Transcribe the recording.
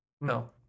No